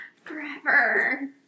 Forever